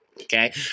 okay